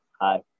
hi